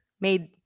made